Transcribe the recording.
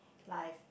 life